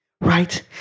Right